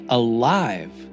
alive